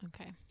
Okay